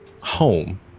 home